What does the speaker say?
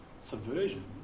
Subversion